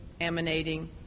emanating